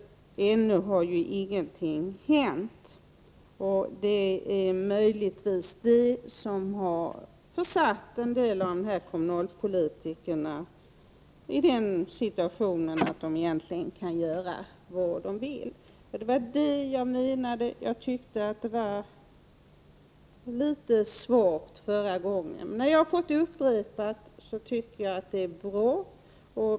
Ännu har ju ingenting hänt. Det är möjligtvis detta som har fått dessa kommunalpolitiker att tro att de kan göra vad de vill. Det var detta jag tyckte var litet betänkligt förra gången vi debatterade. När vi nu upprepat debatten anser jag att mycket är positivare.